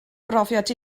brofiad